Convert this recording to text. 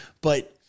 But-